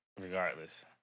Regardless